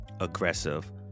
aggressive